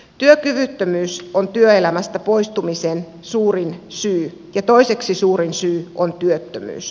työkyvyttömyys on työelämästä poistumisen suurin syy ja toiseksi suurin syy on työttömyys